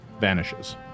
vanishes